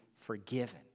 forgiven